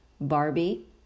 Barbie